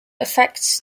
affects